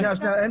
אני